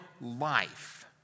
life